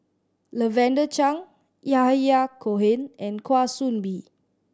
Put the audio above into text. Lavender Chang Yahya Cohen and Kwa Soon Bee